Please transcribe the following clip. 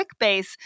QuickBase